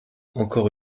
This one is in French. encore